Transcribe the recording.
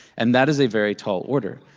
and that is a very tall order,